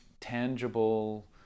tangible